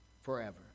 forever